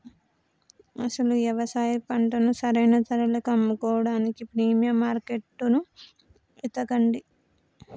అసలు యవసాయ పంటను సరైన ధరలకు అమ్ముకోడానికి ప్రీమియం మార్కేట్టును ఎతకండి